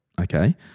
okay